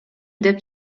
деп